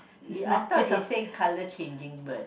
I thought you say colour changing bird